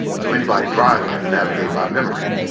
so anybody driving had to navigate by memory.